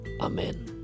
Amen